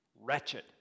wretched